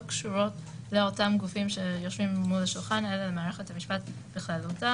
קשורות לאותם גופים שיושבים מול השולחן אלא מערכת המשפט בכללותה.